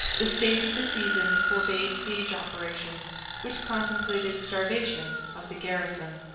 the state of the season forbade siege operations which contemplated starvation of the garrison.